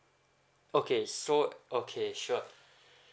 okay so okay sure